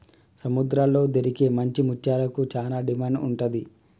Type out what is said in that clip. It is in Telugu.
సముద్రాల్లో దొరికే మంచి ముత్యాలకు చానా డిమాండ్ ఉంటది